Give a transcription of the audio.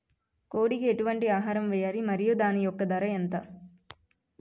కోడి కి ఎటువంటి ఆహారం వేయాలి? మరియు దాని యెక్క ధర ఎంత?